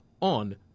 on